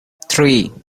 three